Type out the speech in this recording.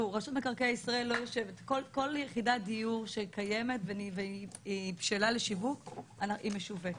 כל יחידת דיור שקיימת ובשלה לשיווק משווקת.